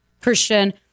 Christian